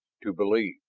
to believe.